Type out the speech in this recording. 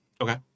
Okay